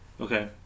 Okay